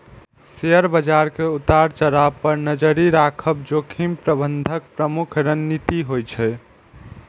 share बाजार के उतार चढ़ाव पर नजरि राखब जोखिम प्रबंधनक प्रमुख रणनीति होइ छै